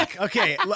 okay